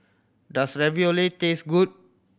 does Ravioli taste good